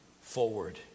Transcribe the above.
forward